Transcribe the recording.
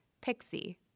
Pixie